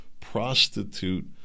prostitute